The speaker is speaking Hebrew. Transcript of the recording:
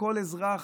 וכל אזרח